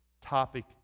topic